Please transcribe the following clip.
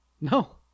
No